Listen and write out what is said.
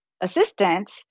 assistant